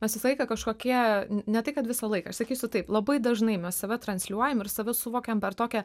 mes visą laiką kažkokie ne tai kad visą laiką aš sakysiu taip labai dažnai mes save transliuojam ir save suvokiam per tokią